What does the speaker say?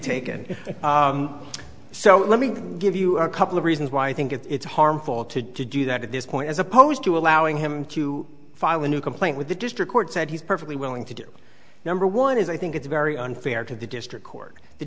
taken so let me give you a couple of reasons why i think it's harmful to do that at this point as opposed to allowing him to file a new complaint with the district court said he's perfectly willing to do number one is i think it's very unfair to the district court the